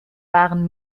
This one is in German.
waren